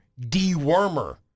dewormer